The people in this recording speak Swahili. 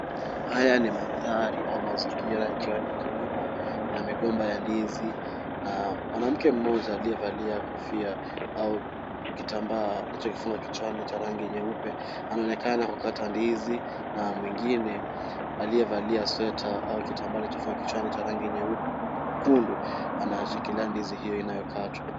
Haya ni mandhari au mazingira yakiwa ni ya kilimo. Kuna migomba ya ndizi na mwanamke mmoja aliyevalia kofia au kitambaa cha kufunga kichwani cha rangi nyeupe, anaonekana kukata ndizi na mwengine aliyevalia sweater au kitambaa alichofunga kichwani cha rangi nyekundu anashikilia ndizi hio inayokatwa.